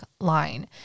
line